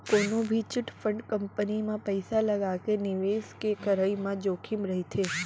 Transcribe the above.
कोनो भी chit fund company म पइसा लगाके निवेस के करई म जोखिम रहिथे